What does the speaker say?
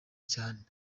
cyane